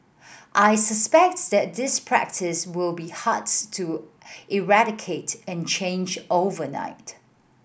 I suspect that this practice will be hard to eradicate and change overnight